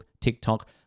TikTok